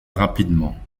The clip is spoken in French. rapidement